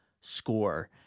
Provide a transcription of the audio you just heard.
score